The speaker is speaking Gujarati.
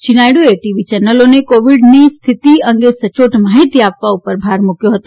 શ્રી નાયડુએ ટીવી ચેનલોને કોવિડના સ્થિતિ અંગે સચોટ માહિતી આપવા ઉપર ભાર મૂક્વો હતો